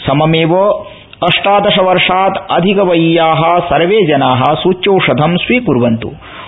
सममेव अष्टादश वर्षात् अधिकवयीया सर्वे जना सूच्यौषधं स्वीक्र्वन्त्